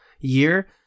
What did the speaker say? year